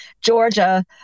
Georgia